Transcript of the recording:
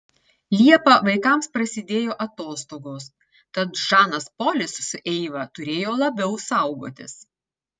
liepą vaikams prasidėjo atostogos tad žanas polis su eiva turėjo labiau saugotis